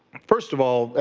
first of all,